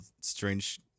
strange